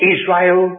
Israel